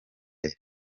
aya